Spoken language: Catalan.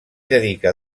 dedica